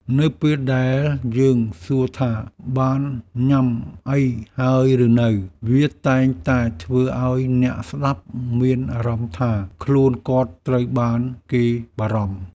នៅពេលដែលយើងសួរថាបានញ៉ាំអីហើយឬនៅ វាតែងតែធ្វើឱ្យអ្នកស្ដាប់មានអារម្មណ៍ថាខ្លួនគាត់ត្រូវបានគេបារម្ភ។